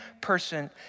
person